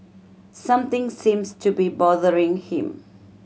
something seems to be bothering him